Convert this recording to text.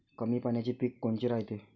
कमी पाण्याचे पीक कोनचे रायते?